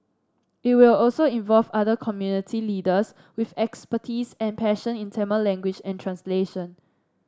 it will also involve other community leaders with expertise and passion in Tamil language and translation